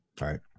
right